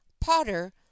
potter